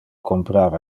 comprar